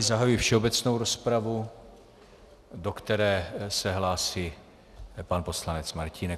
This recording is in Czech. Zahajuji všeobecnou rozpravu, do které se hlásí pan poslanec Martínek.